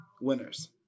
winners